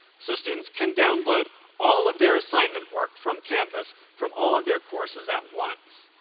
so students can download all of their assignment work from canvass from all of their courses at once.